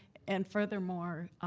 and furthermore,